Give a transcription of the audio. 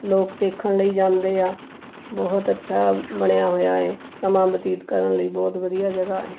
ਲੋਕ ਦੇਖਣ ਲਈ ਜਾਂਦੇ ਹੈ ਬਹੁਤ ਅੱਛਾ ਬਣਿਆ ਹੋਇਆ ਹੈ ਸਮਾਂ ਬਤੀਤ ਕਰਨ ਲਈ ਬਹੁਤ ਵਧੀਆ ਜਗ੍ਹਾ ਹੈ